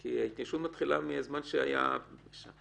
כי ההתיישנות מתחילה מזמן ביצוע הפשע.